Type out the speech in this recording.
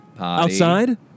Outside